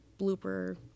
blooper